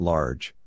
Large